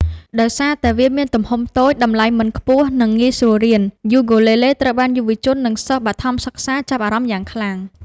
ដោយសារតែវាមានទំហំតូច តម្លៃមិនខ្ពស់ និងងាយស្រួលរៀន យូគូលេលេត្រូវបានយុវជន និងសិស្សបឋមសិក្សាចាប់អារម្មណ៍យ៉ាងខ្លាំង។